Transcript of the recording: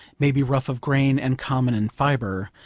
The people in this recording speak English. may be rough of grain and common in fibre,